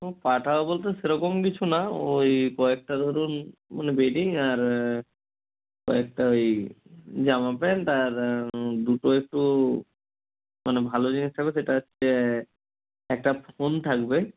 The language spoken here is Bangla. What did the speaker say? হুম পাঠাবো বলতে সেরকম কিছু না ওই কয়েকটা ধরুন মানে বেডিং আর আরেকটা ওই জামা প্যান্ট আর দুটো একটু মানে ভালো জিনিস যাবে সেটা হচ্ছে একটা ফোন থাকবে